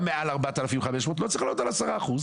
לא צריך לעלות על 10 אחוזים.